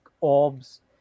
orbs